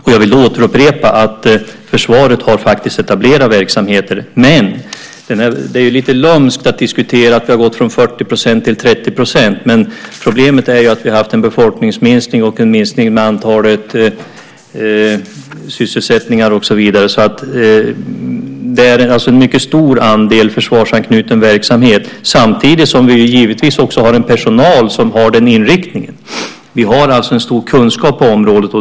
Jag vill då återupprepa att försvaret faktiskt har etablerat verksamheter, men det är lite lömskt att diskutera att vi har gått från 40 % till 30 %. Problemet är att vi har haft en befolkningsminskning och en minskning av antalet sysselsatta, och så vidare. Det är en stor andel av försvarsanknuten verksamhet samtidigt som vi givetvis har en personal som har den inriktningen. Det finns alltså en stor kunskap på området.